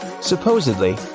Supposedly